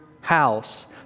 house